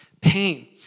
pain